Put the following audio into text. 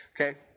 Okay